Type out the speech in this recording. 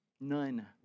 None